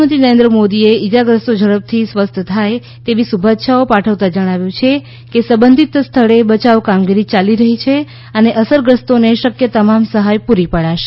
પ્રધાનમંત્રી નરેન્દ્ર મોદીએ ઈજાગ્રસ્તો ઝડપથી સ્વસ્થ થાય તેવી શુભેચ્છાઓ પાઠવતા જણાવ્યું છે કે સંબંધીત સ્થળે બચાવ કામગીરી ચાલી રહી છે અને અસરગ્રસ્તોને શક્ય તમામ સહાય પુરી પડાશે